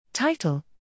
Title